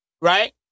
right